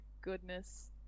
goodness